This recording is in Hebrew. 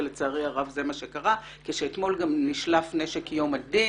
ולצערי הרב זה מה שקרה כשאתמול גם נשלף נשק יום הדין: